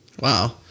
Wow